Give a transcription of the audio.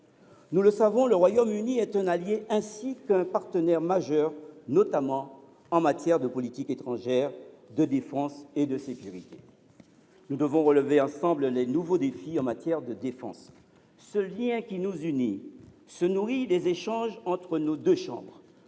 Nous le savons, le Royaume Uni est un allié ainsi qu’un partenaire majeur, notamment en matière de politique étrangère, de défense et de sécurité. Nous devons relever ensemble les nouveaux défis qui se présentent à nous dans ces domaines. Ce lien qui nous unit se nourrit des échanges entre nos deux chambres.